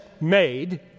made